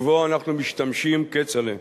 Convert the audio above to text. ובו אנחנו משתמשים, כצל'ה.